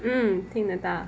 嗯听得到